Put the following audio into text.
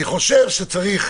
אני חושב שצריך,